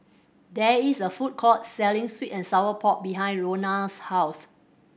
there is a food court selling sweet and sour pork behind Lonna's house